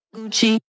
Gucci